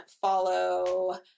follow